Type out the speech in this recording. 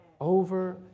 over